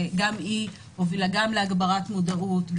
וגם היא הובילה גם להגברת מודעות,